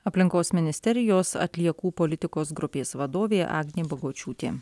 aplinkos ministerijos atliekų politikos grupės vadovė agnė bagočiūtė